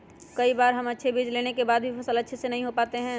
कई बार हम अच्छे बीज लेने के बाद भी फसल अच्छे से नहीं हो पाते हैं?